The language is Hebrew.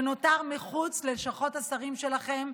שנותר מחוץ ללשכות השרים שלכם,